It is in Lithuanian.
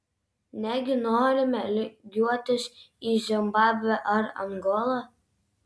negi norime lygiuotis į zimbabvę ar angolą